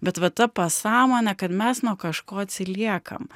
bet va ta pasąmonė kad mes nuo kažko atsiliekam